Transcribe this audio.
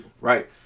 Right